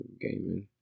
gaming